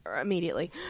Immediately